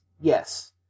Yes